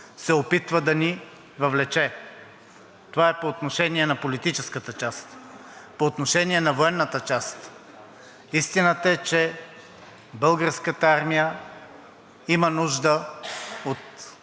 се опитва да ни въвлече. Това е по отношение на политическата част. По отношение на военната част. Истината е, че българската армия има нужда от